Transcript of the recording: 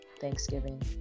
Thanksgiving